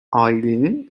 ailenin